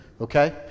okay